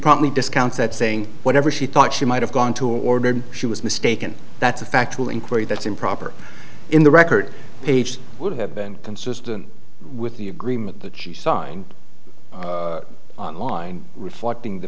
probably discounts that saying whatever she thought she might have gone to ordered she was mistaken that's a factual inquiry that's improper in the record page would have been consistent with the agreement that she signed on reflecting the